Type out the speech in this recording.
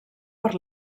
per